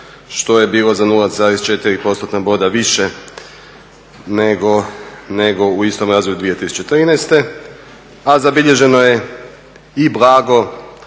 što je bilo za 0,4%-tna boda više nego u istom razdoblju 2013. a zabilježeno je i blago,